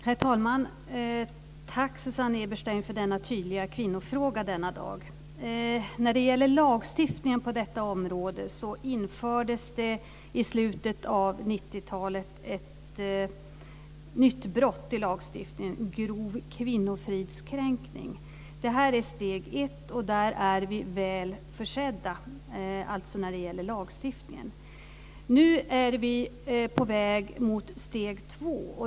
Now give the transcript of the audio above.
Herr talman! Tack, Susanne Eberstein, för denna tydliga kvinnofråga denna dag. När det gäller lagstiftningen på detta område infördes det i slutet av 90 talet ett nytt brott i lagstiftningen, grov kvinnofridskränkning. Det här är steg 1. Då det gäller lagstiftningen är vi alltså väl försedda. Nu är vi på väg mot steg 2.